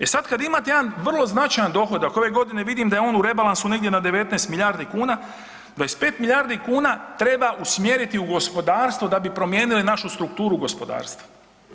E sad kad imate jedan vrlo značajan dohodak, ove godine vidim da je on u rebalansu negdje na 19 milijardi kuna, 25 milijardi kuna treba usmjeriti u gospodarstvo da bi promijenili našu strukturu gospodarstva.